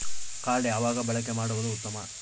Card ಯಾವಾಗ ಬಳಕೆ ಮಾಡುವುದು ಉತ್ತಮ?